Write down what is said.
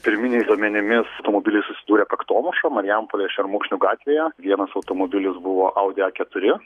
pirminiais duomenimis automobiliai susidūrė kaktomuša marijampolėj šermukšnių gatvėje vienas automobilis buvo audi a keturi